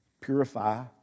purify